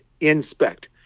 inspect